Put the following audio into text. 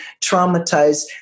traumatized